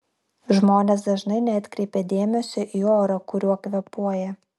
žmonės dažnai neatkreipia dėmesio į orą kuriuo kvėpuoja